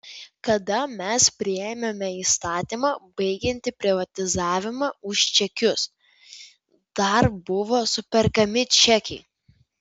kada mes priėmėme įstatymą baigiantį privatizavimą už čekius dar buvo superkami čekiai